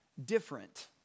...different